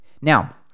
Now